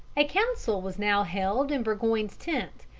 a council was now held in burgoyne's tent,